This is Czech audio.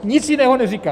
Nic jiného neříká.